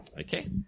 okay